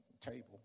table